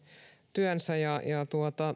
työnsä ja ja